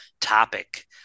topic